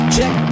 Check